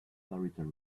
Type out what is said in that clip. solitary